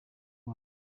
wacu